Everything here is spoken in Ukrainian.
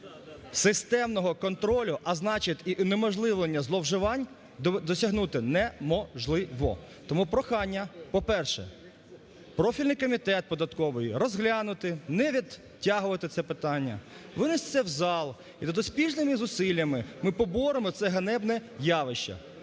системного контролю, а значить і унеможливлення зловживань, досягнути неможливо. Тому прохання, по-перше, профільний комітет податковий розглянути, не відтягувати це питання, виносити в зал, і успішними зусиллями ми поборемо це ганебне явище.